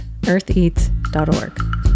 eartheats.org